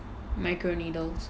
like a needle